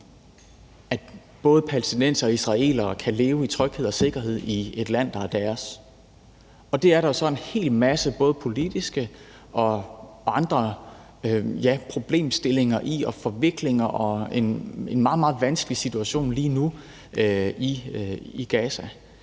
både palæstinensere og israelere kan leve i tryghed og sikkerhed i et land, der er deres, og det er der jo så en hel masse både politiske og andre problemstillinger og forviklinger i. Der er lige nu en meget, meget vanskelig situation i Gaza,